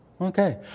Okay